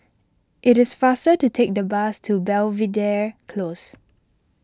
it is faster to take the bus to Belvedere Close